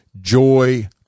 joy